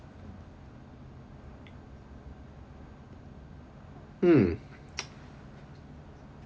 hmm